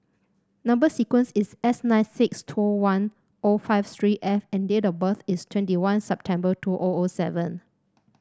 number sequence is S nine six two one o five three F and date of birth is twenty one September two O O seven